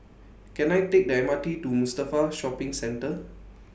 Can I Take The M R T to Mustafa Shopping Centre